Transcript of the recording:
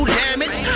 damage